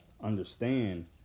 understand